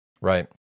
Right